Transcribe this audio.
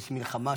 כשיש מלחמה,